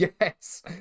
Yes